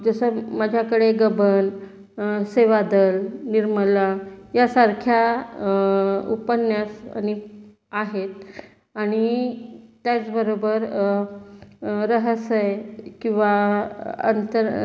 जसं मं माझ्याकडे गबन सेवादल निर्मला यासारख्या उपन्यास आणि आहेत आणि त्याचबरोबर रहस्य आहे किंवा अंतरं